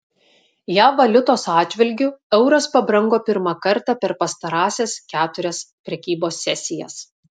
jav valiutos atžvilgiu euras pabrango pirmą kartą per pastarąsias keturias prekybos sesijas